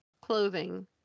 clothing